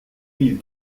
mille